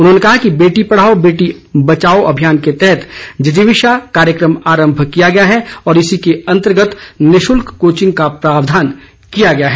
उन्होंने कहा कि बेटी पढ़ाओ बेटी बचाओ अभियान के तहत जिजिविषा कार्यक्रम आरम्भ किया गया है और इसी के अंतर्गत निशुल्क कोचिंग का प्रावधान किया गया है